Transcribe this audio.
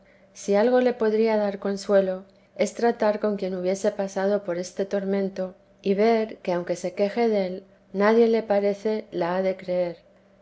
si algo le podría dar consuelo es tratar con quien hubiese pasado por este tormento y ver que aunque se queje del nadie le parece la ha de creer